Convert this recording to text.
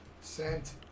Sent